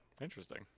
Interesting